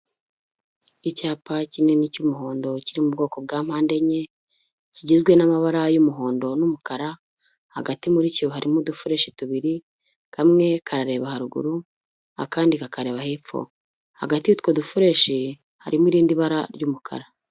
Icyapa kinini cy'umuhondo kiri mu bwoko bwa mpandenye, kigizwe n'amabara y'umuhondo n'umukara, hagati muri cyo harimo udufureshi tubiri, kamwe karareba haruguru akandi kakareba hepfo, hagati y'utwo dufureshi harimo irindi bara ry'umukara.